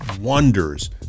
wonders